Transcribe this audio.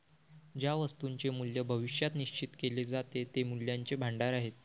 ज्या वस्तूंचे मूल्य भविष्यात निश्चित केले जाते ते मूल्याचे भांडार आहेत